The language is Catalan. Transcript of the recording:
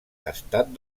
estat